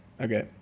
Okay